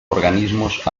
organismos